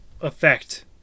effect